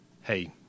hey